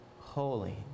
holy